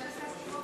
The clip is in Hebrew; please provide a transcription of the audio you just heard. שנייה,